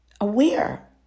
aware